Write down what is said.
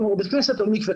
או בית כנסת או מקווה.